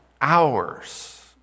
hours